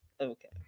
Okay